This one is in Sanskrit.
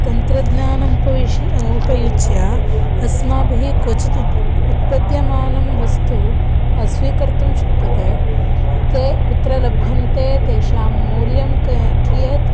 तन्त्रज्ञानम् उपवेशि उपयुज्य अस्माभिः क्वचित् उत्पद्यमानं वस्तु स्वीकर्तुं शक्यते ते कुत्र लभ्यन्ते तेषां मूल्यं क कियत्